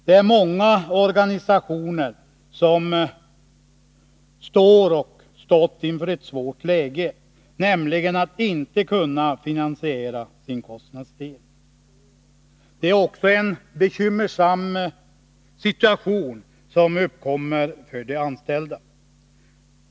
Det är många organisationer som står och stått inför ett svårt läge, nämligen att inte kunna finansiera sin kostnadsdel. Det är också en bekymmersam situation som uppkommer för de anställda.